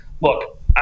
look